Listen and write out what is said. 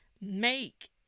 make